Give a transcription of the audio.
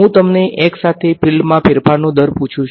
હું તમને x સાથે ફીલ્ડમાં ફેરફારનો દર પૂછું છું